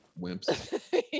wimps